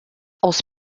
aus